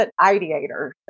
ideators